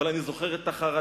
אבל אני זוכר את החרדה,